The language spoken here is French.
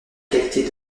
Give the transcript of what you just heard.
qualité